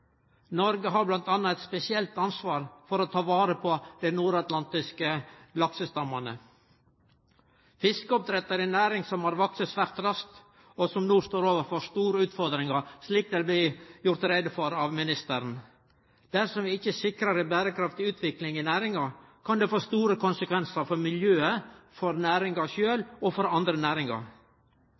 Noreg har bl.a. eit spesielt ansvar for å ta vare på dei nordatlantiske laksestammane. Fiskeoppdrett er ei næring som har vakse svært raskt, og som no står overfor store utfordringar, slik det blir gjort greie for av ministeren. Dersom vi ikkje sikrar ei berekraftig utvikling i næringa, kan det få store konsekvensar for miljøet, for næringa sjølv og for andre næringar.